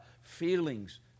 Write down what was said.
feelings